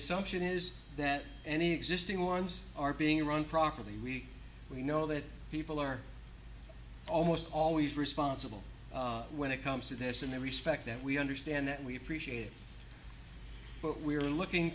assumption is that any existing ones are being run properly we we know that people are almost always responsible when it comes to this and they respect that we understand that we appreciate it but we're looking